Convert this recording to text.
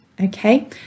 Okay